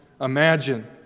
imagine